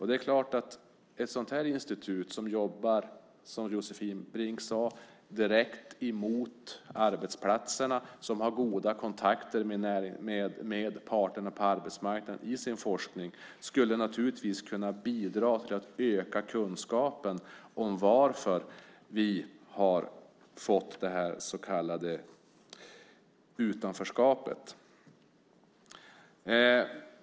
Det är klart att ett institut som jobbar, som Josefin Brink sade, direkt mot arbetsplatserna, som har goda kontakter med parterna på arbetsmarknaden i sin forskning skulle kunna bidra till att öka kunskapen om varför vi har fått det så kallade utanförskapet.